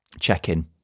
check-in